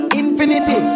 infinity